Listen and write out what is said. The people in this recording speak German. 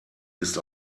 ist